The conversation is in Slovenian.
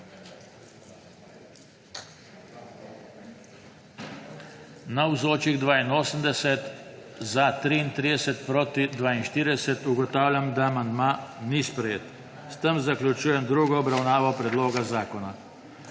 glasovalo 33.) (Proti 42.) Ugotavljam, da amandma ni sprejet. S tem zaključujem drugo obravnavo predloga zakona.